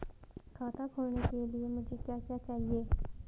खाता खोलने के लिए मुझे क्या क्या चाहिए?